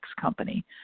company